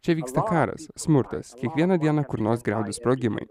čia vyksta karas smurtas kiekvieną dieną kur nors griaudi sprogimai